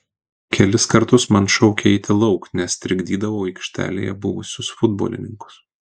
kelis kartus man šaukė eiti lauk nes trikdydavau aikštelėje buvusius futbolininkus